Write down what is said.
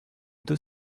deux